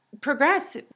progress